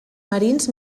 marins